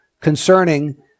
concerning